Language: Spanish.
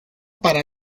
para